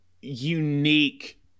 unique